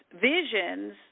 visions